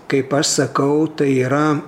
kaip aš sakau tai yra